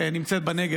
נמצאת בנגב.